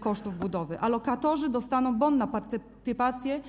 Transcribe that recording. kosztów budowy, a lokatorzy dostaną bon na partycypację.